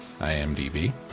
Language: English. IMDb